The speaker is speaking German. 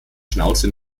schnauze